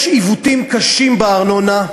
יש עיוותים קשים בארנונה,